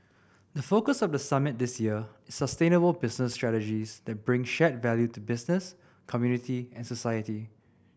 the focus of the summit this year is sustainable business strategies that bring shared value to business community and society